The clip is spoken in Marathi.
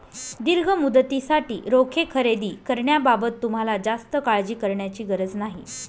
दीर्घ मुदतीसाठी रोखे खरेदी करण्याबाबत तुम्हाला जास्त काळजी करण्याची गरज नाही